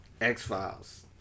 X-Files